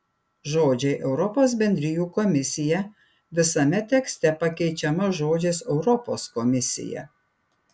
žodžiai europos bendrijų komisija visame tekste pakeičiami žodžiais europos komisija